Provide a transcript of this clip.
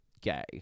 gay